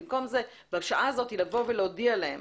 במקום זה בשעה הזאת לבוא ולהגיד להם